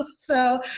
so